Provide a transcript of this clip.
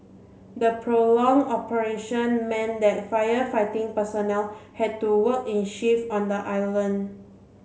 the prolonged operation meant that firefighting personnel had to work in shifts on the island